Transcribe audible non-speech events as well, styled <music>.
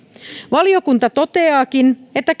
valiokunta toteaakin että <unintelligible>